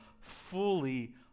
fully